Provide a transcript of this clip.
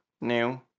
new